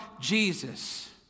Jesus